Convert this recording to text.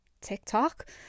TikTok